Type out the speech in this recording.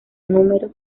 nro